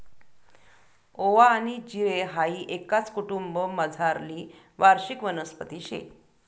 ओवा आनी जिरे हाई एकाच कुटुंबमझारली वार्षिक वनस्पती शे